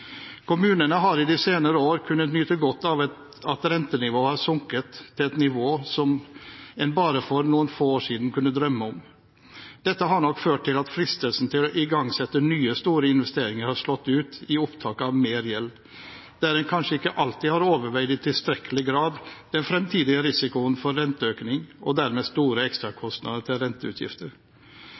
Kommunene har i de senere år kunnet nyte godt av at rentenivået har sunket til et nivå som en bare for noen få år siden kunne drømme om. Dette har nok ført til at fristelsen til å igangsette nye, store investeringer har slått ut i opptak av mer gjeld, der en kanskje ikke alltid har overveid i tilstrekkelig grad den fremtidige risikoen for renteøkning og dermed store ekstrakostnader til renteutgifter.